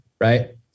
right